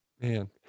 Man